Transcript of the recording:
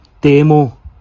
Demo